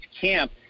camp